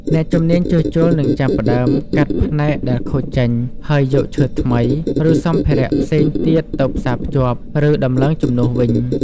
អ្នកជំនាញជួសជុលនឹងចាប់ផ្ដើមកាត់ផ្នែកដែលខូចចេញ ហើយយកឈើថ្មី ឬសម្ភារៈផ្សេងទៀតទៅផ្សាភ្ជាប់ ឬដំឡើងជំនួសវិញ។